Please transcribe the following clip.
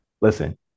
listen